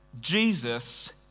Jesus